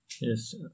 Yes